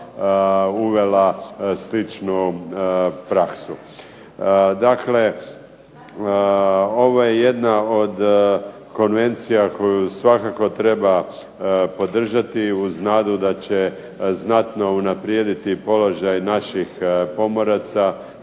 uvela sličnu praksu. Dakle, ovo je jedna od konvencija koju svakako treba podržati uz nadu da će znatno unaprijediti položaj naših pomoraca